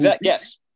Yes